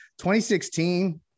2016